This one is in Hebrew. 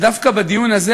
ודווקא בדיון הזה,